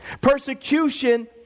Persecution